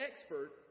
expert